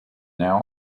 now